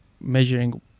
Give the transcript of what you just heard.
measuring